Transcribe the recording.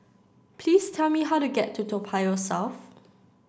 please tell me how to get to Toa Payoh South